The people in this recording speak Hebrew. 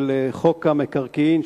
של חוק המקרקעין,